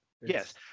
Yes